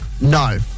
No